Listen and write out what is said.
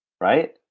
Right